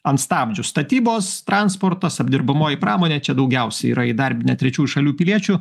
ant stabdžių statybos transportas apdirbamoji pramonė čia daugiausiai yra įdarbinę trečių šalių piliečių